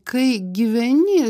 kai gyveni